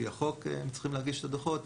הם צריכים להגיש את הדוחות,